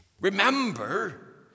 Remember